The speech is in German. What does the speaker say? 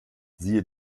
siehe